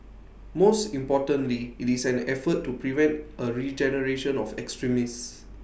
most importantly IT is an effort to prevent A regeneration of extremists